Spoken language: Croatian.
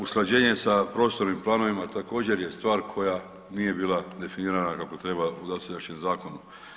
Usklađenje sa prostornim planovima također je stvar koja nije bila definirana kako treba u dosadašnjem zakonu.